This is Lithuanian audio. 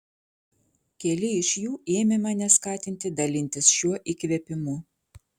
keli iš jų ėmė mane skatinti dalintis šiuo įkvėpimu